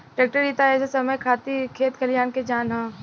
tractor ही ता ए समय खेत खलियान के जान ह